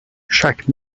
chaque